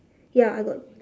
ya I got